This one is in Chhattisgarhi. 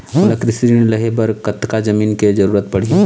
मोला कृषि ऋण लहे बर कतका जमीन के जरूरत पड़ही?